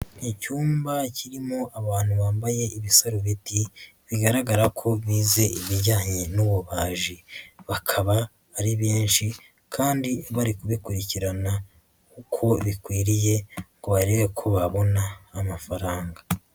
Ni icyumba kirimo abantu bambaye ibisarubeti bigaragara ko bize ibijyanye n'ububaji, bakaba ari benshi kandi bari kubikurikirana uko bikwiriye ngo barebe ko babona amafaranga.